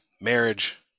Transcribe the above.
marriage